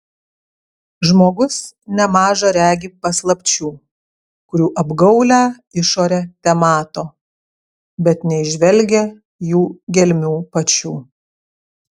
žmogus nemaža regi paslapčių kurių apgaulią išorę temato bet neįžvelgia jų gelmių pačių